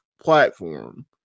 platform